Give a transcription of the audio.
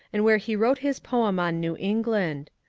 and where he wrote his poem on new england.